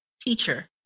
Teacher